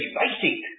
basic